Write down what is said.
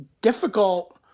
difficult